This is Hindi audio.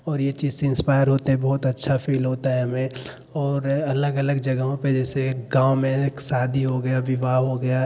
और यह चीज़ से इंस्पायर होते हैं बहुत अच्छा फील होता है हमें और अलग अलग जगहों पर जैसे गाँव में एक शादी हो गया विवाह हो गया